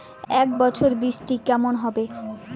এবছর বৃষ্টি কেমন হবে?